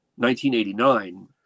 1989